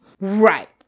Right